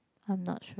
I'm not sure